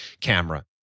camera